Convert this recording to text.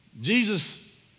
Jesus